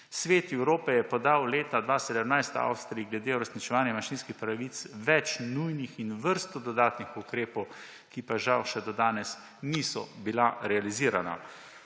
Svet Evrope je podal leta 2017 Avstriji glede uresničevanja manjšinskih pravic več nujnih in vrsto dodatnih ukrepov, ki pa žal še do danes niso bila realizirana.